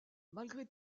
malgré